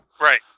Right